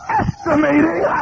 estimating